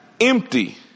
empty